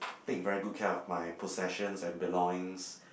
take very good care of my possessions and belongings